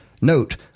Note